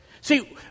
See